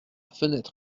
fenêtre